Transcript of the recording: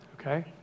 Okay